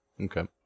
Okay